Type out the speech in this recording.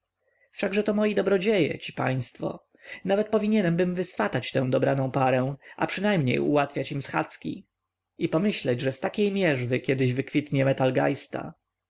wszakże to moi dobrodzieje ci państwo nawet powinienbym wyswatać tę dobraną parę a przynajmniej ułatwiać im schadzki i pomyśleć że z takiej mierzwy kiedyś wykwitnie metal